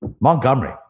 Montgomery